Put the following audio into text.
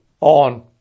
on